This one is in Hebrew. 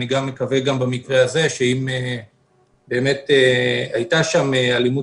אני מקווה שגם במקרה הזה אם הייתה שם אלימות